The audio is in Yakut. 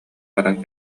баран